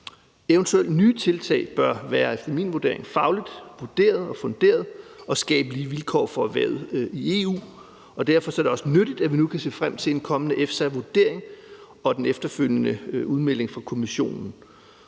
efter min vurdering være fagligt vurderet og funderet og skabe lige vilkår for erhvervet i EU. Og derfor er det også nyttigt, at vi nu kan se frem til en kommende EFSA-vurdering og den efterfølgende udmelding fra Kommissionen.